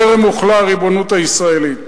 טרם הוחלה הריבונות הישראלית.